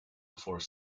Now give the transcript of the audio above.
before